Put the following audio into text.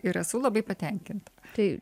ir esu labai patenkinta tai